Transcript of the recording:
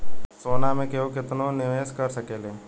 सोना मे केहू केतनो निवेस कर सकेले